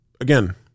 again